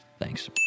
Thanks